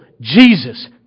Jesus